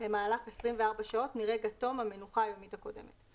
במהלך 24 שעות מרגע תום המנוחה היומית הקודמת,